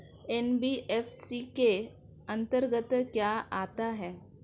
NBFC के अंतर्गत क्या आता है?